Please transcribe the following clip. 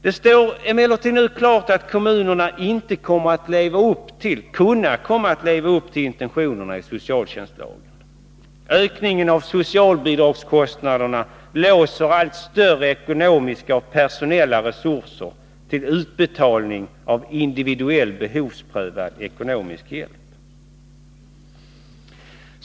Det står emellertid nu klart att kommunerna inte kommer att kunna leva upp till intentionerna i socialtjänstlagen. Ökningen av socialbidragskostnaderna låser allt större ekonomiska och personella resurser till utbetalning av individuell behovsprövad ekonomisk hjälp.